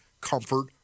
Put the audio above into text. comfort